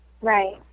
right